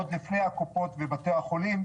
עוד לפני הקופות ובתי החולים,